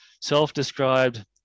self-described